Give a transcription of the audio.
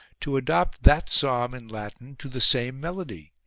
to adopt that psalm in latin to the same melody,